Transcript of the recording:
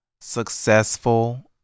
successful